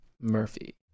Murphy